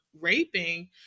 raping